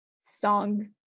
song